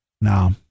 Now